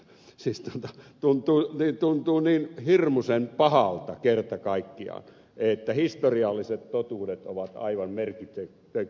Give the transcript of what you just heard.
siis tuntuu niin hirmusen pahalta kerta kaikkiaan että historialliset totuudet ovat aivan merkityksettömiä